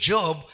Job